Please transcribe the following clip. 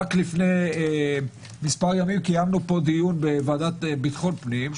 רק לפני מספר ימים קיימנו דיון בוועדה לביטחון פנים,